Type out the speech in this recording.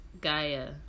Gaia